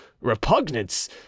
repugnance